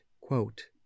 quote